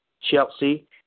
Chelsea